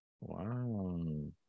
Wow